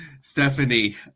Stephanie